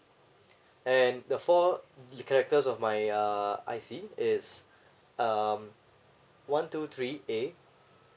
and the four characters of my uh I_C is um one two three A